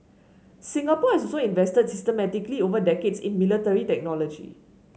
Singapore has also invested systematically over decades in military technology